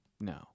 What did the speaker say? No